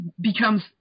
becomes